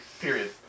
Period